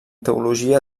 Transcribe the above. teologia